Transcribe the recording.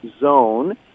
zone